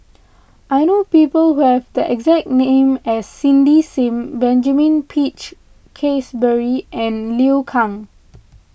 I know people who have the exact name as Cindy Sim Benjamin Peach Keasberry and Liu Kang